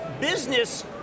business